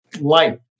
light